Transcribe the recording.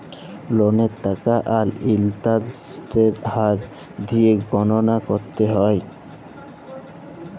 ললের টাকা আর ইলটারেস্টের হার দিঁয়ে গললা ক্যরতে হ্যয়